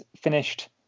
finished